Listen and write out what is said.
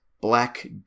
Black